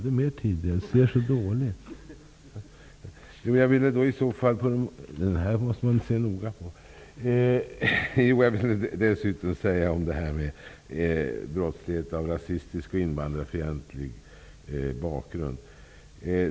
Det är inte bara att skärpa straffbestämmelsen, justitieministern, när det gäller brottsligheten av rasistisk och invandrarfientlig bakgrund.